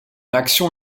action